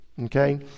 Okay